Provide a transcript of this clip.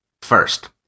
First